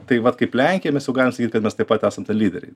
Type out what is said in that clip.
taip vat kaip lenkija mes jau galim sakyt kad mes taip pat esam tie lyderiai